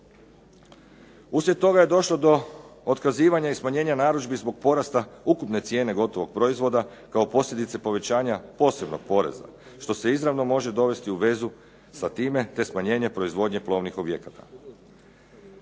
Uslijed toga je došlo do otkazivanja i smanjenja narudžbi zbog porasta ukupne cijene gotovog proizvoda kao posljedice povećanja posebnog poreza što se izravno može dovesti u vezi sa time te smanjenje proizvodnje plovnih objekata.